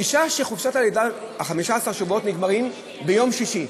אישה ש-15 השבועות שלה נגמרים ביום שישי,